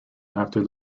after